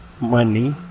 money